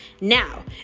Now